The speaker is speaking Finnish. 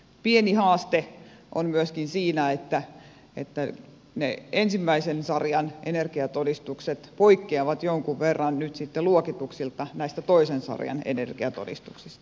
pieni haaste on myöskin siinä että ne ensimmäisen sarjan energiatodistukset poikkeavat jonkun verran nyt sitten luokituksiltaan näistä toisen sarjan energiatodistuksista